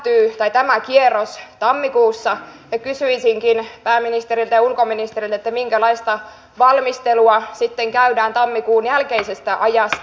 pakotekausi päättyy tämä kierros tammikuussa ja kysyisinkin pääministeriltä ja ulkoministeriltä minkälaista valmistelua sitten käydään tammikuun jälkeisestä ajasta